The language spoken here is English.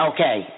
Okay